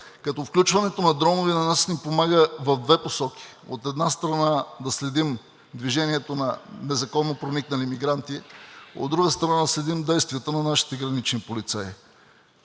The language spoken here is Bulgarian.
като включването на дронове на нас ни помага в две посоки: от една страна, да следим движението на незаконно проникнали мигранти, а от друга страна, да следим действията на нашите гранични полицаи.